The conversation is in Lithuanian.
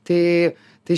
tai tai